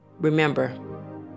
remember